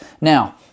Now